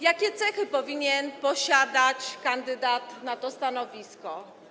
Jakie cechy powinien posiadać kandydat na to stanowisko?